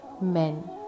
men